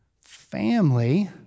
family